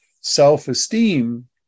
self-esteem